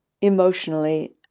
emotionally